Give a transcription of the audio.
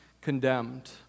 condemned